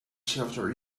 shelter